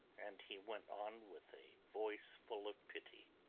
and he went on with a voice full of pity